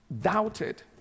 doubted